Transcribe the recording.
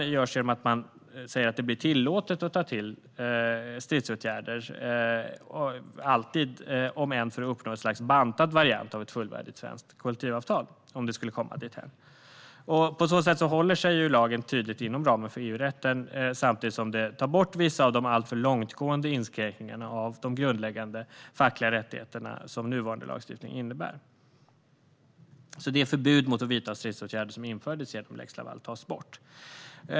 Det görs genom att man säger att det alltid blir tillåtet att ta till stridsåtgärder, om än för att uppnå ett slags bantad variant av ett fullvärdigt svenskt kollektivavtal, om det skulle komma dithän. På så sätt håller sig lagen tydligt inom ramen för EU-rätten, samtidigt som vissa av de alltför långtgående inskränkningar av de grundläggande fackliga rättigheterna som nuvarande lagstiftning innebär tas bort. Det förbud mot att vidta stridsåtgärder som infördes genom lex Laval tas bort.